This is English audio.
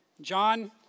John